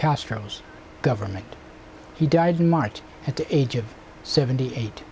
castro's government he died in march at the age of seventy eight